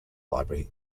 library